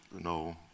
no